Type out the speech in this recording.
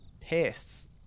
pests